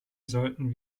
sollten